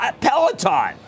Peloton